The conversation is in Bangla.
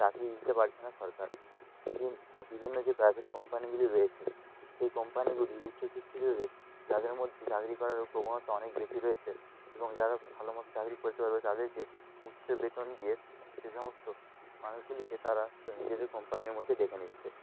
চাকরি দিতে পারছে না সরকার কিন্তু বিভিন্ন যে প্রাইভেট কোম্পানিগুলি রয়েছে সেই কোম্পানিগুলি উচ্চ শিক্ষিতদের যাদের মধ্যে চাকরি করার প্রবণতা অনেক বেশি রয়েছে এবং যারা ভালো মতো চাকরি করতে পারবে তাদেরকে উচ্চ বেতন দিয়ে সে সমস্ত মানুষগুলিকে তারা তাদের নিজেদের কোম্পানির মধ্যে ডেকে নিচ্ছে